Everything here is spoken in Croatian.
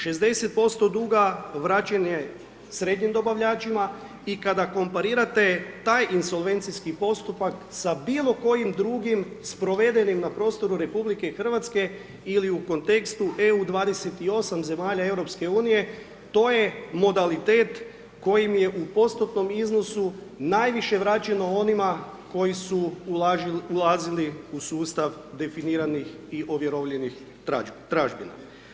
60% duga vraćen je srednjim dobavljačima i kada komparirate taj indolencijski postupa,, sa bilo kojim drugim, s provedenim na prostoru RH ili u kontekstu EU 28 zemalja EU, to je modalitet kojim je u postotnom iznosu najviše vraćeno onima koji su ulazili u sustav definiranih i ovjerovljenih tražbina.